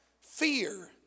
Fear